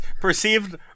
Perceived